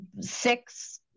six